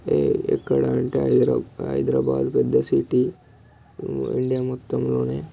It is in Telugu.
ఇక్కడ అంటే హైదరాబాదు హైదరాబాదు పెద్ద సిటీ ఇండియా మొత్తంలోనే